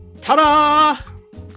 Ta-da